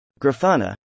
Grafana